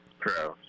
True